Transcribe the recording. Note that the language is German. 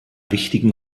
wichtigen